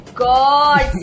god